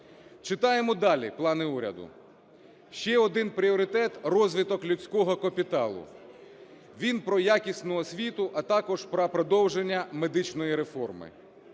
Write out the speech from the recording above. Читаємо далі плани уряду. Ще один пріоритет – розвиток людського капіталу. Він про якісну освіту, а також про продовження медичної реформи.